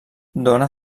dóna